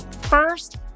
First